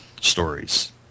stories